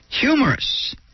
humorous